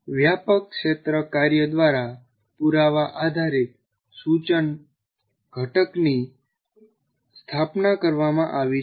વ્યાપક ક્ષેત્ર કાર્ય દ્વારા પુરાવા આધારિત સૂચન ઘટકની સ્થાપના કરવામાં આવી છે